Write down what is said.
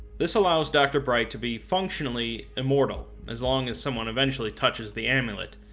this allows dr. bright to be functionally immortal, as long as someone eventually touches the amulet,